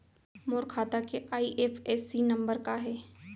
मोर खाता के IFSC number का हे?